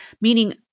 meaning